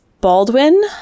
Baldwin